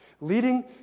Leading